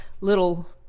little